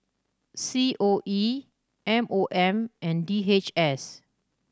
C O E M O M and D H S